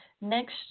Next